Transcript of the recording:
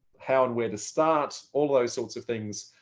how and where to start all those sorts of things.